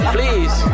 Please